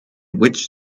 which